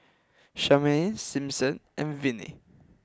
Charmaine Simpson and Viney